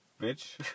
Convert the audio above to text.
Bitch